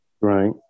Right